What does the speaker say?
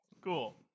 Cool